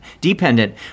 dependent